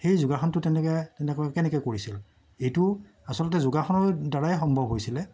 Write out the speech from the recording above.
সেই যোগাসনটো তেনেকে তেনেকৈ কেনেকৈ কৰিছিল এইটো আচলতে যোগাসনৰ দ্বাৰাই সম্ভৱ হৈছিলে